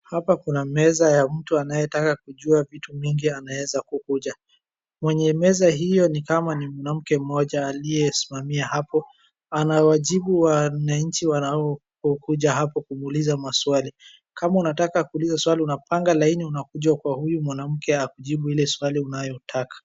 Hapa kuna meza ya mtu anayetaka kujua vitu mingi anaweza kukuja. Mwenye meza hiyo ni kama ni mwanamke mmoja aliyesimamia hapo. Ana wajibu wananchi wanaokuja hapo kuuliza maswali. Kama unataka kuliza swali unapanga laini unakuja kwa huyu mwanamke akujibu ile swali unayotaka.